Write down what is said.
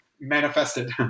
manifested